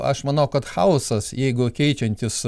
aš manau kad chaosas jeigu keičiantis